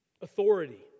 Authority